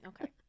okay